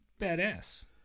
badass